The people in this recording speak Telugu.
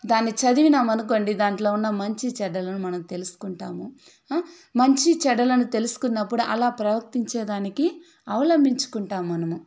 దాన్ని చదివినామనుకోండి దానిలో ఉన్న మంచి చెడ్డలను మనం తెలుసుకుంటాము మంచి చెడ్డలను తెలుసుకున్నప్పుడు అలా ప్రవర్తించే దానికి అవలంబించుకుంటాము మనము